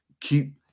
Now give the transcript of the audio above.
Keep